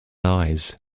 eyes